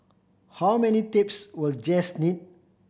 how many tapes will Jess need